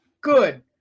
good